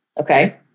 Okay